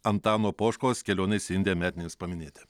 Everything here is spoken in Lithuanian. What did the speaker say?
antano poškos kelionės į indiją metinėms paminėti